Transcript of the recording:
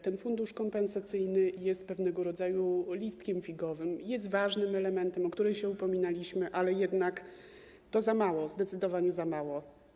Ten fundusz kompensacyjny jest pewnego rodzaju listkiem figowym, jest ważnym elementem, o który się upominaliśmy, ale jednak to za mało, zdecydowanie za mało.